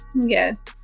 Yes